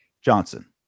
Johnson